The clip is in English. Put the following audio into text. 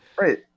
right